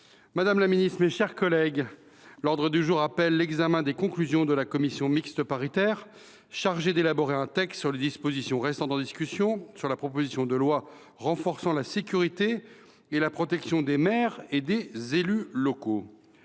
adopté sous les réserves d’usage. L’ordre du jour appelle l’examen des conclusions de la commission mixte paritaire chargée d’élaborer un texte sur les dispositions restant en discussion de la proposition de loi renforçant la sécurité et la protection des maires et des élus locaux